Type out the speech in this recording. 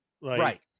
Right